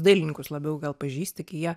dailininkus labiau gal pažįsti kai jie